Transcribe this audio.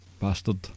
Bastard